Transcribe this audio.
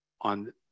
on